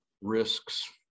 risks